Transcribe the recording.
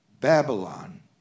Babylon